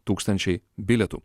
tūkstančiai bilietų